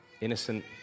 innocent